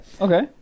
Okay